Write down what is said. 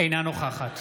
אינה נוכחת